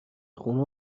خونه